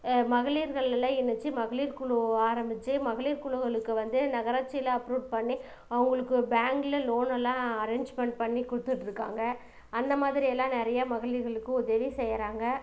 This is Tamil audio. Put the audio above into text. மகளீர்களெல்லாம் இணைத்து மகளீர் குழு ஆரம்பித்து மகளீர் குழுக்களுக்கு வந்து நகராட்சியில அப்ரூவ் பண்ணி அவங்களுக்கு பேங்க்ல லோனெல்லாம் அரேஞ்ச்மெண்ட் பண்ணி கொடுத்துட்ருக்காங்க அந்த மாதிரியெல்லாம் நிறையா மகளீர்களுக்கு உதவி செய்கிறாங்க